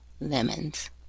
lemons